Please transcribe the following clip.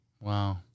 Wow